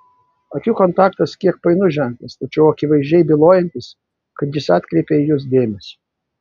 akių kontaktas kiek painus ženklas tačiau akivaizdžiai bylojantis kad jis atkreipė į jus dėmesį